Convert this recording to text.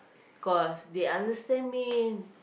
cause they understand me